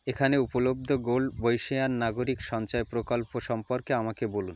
এখানে উপলব্ধ গোল্ড বর্ষীয়ান নাগরিক সঞ্চয় প্রকল্প সম্পর্কে আমাকে বলুন